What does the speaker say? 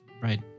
right